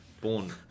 born